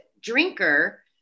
drinker